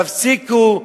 תפסיקו,